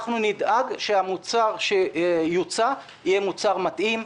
אנחנו נדאג שהמוצר שיוצע יהיה מוצר מתאים,